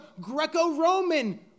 Greco-Roman